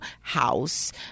house